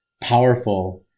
powerful